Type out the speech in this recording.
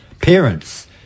parents